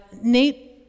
Nate